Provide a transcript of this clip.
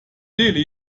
delhi